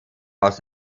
aus